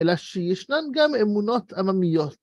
אלא שישנן גם אמונות עממיות.